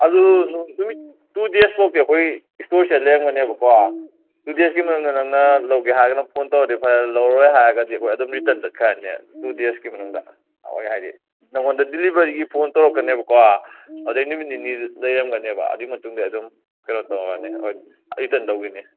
ꯑꯗꯨ ꯅꯨꯃꯤꯠ two days ꯐꯥꯎꯗꯤ ꯑꯩꯈꯣꯏ ꯏꯁꯇꯣꯔꯁꯤꯗ ꯂꯩꯔꯝꯒꯅꯦꯕꯀꯣ ꯇꯨ ꯗꯦꯁꯀꯤ ꯃꯅꯨꯡꯗ ꯅꯪꯅ ꯂꯧꯒꯦ ꯍꯥꯏꯔꯒꯅ ꯐꯣꯟ ꯇꯧꯔꯗꯤ ꯐꯔꯦ ꯂꯧꯔꯔꯣꯏ ꯍꯥꯏꯔꯒꯗꯤ ꯑꯗꯨꯝ ꯔꯤꯇꯔꯟ ꯆꯠꯈ꯭ꯔꯅꯤ ꯇꯨ ꯗꯦꯁꯀꯦ ꯃꯇꯨꯡꯗ ꯂꯧꯔꯣꯏ ꯍꯥꯏꯔꯗꯤ ꯗꯦꯂꯤꯕꯔꯤꯒꯤ ꯐꯣꯟ ꯇꯧꯔꯛꯀꯅꯦꯕꯀꯣ ꯑꯗꯨꯗꯒꯤ ꯅꯨꯃꯤꯠ ꯅꯤꯅꯤ ꯂꯩꯔꯝꯒꯅꯦꯕ ꯑꯗꯨꯒꯤ ꯃꯇꯨꯡꯗꯒꯤ ꯑꯗꯨꯝ ꯀꯩꯅꯣ ꯇꯧꯔꯅꯤ ꯑꯩꯈꯣꯏ ꯔꯤꯇꯔꯟ ꯇꯧꯈꯤꯅꯤ